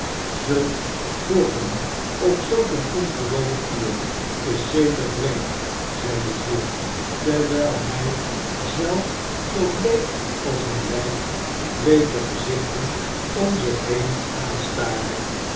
zulk kloppen op zulk een ongewoon uur is zeker vreemd zeide giles terwijl hij zelf zoo bleek als een lijk de bleeke gezichten om zich heen aanstaarde